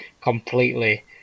completely